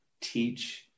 teach